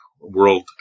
world